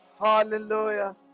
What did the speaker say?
Hallelujah